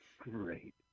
Great